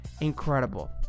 incredible